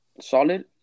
solid